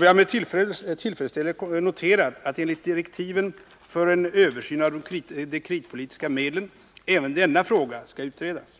Vi har med tillfredsställelse noterat att enligt direktiven för en översyn av de kreditpolitiska medlen även denna fråga skall utredas.